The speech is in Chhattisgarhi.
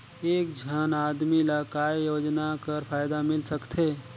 एक झन आदमी ला काय योजना कर फायदा मिल सकथे?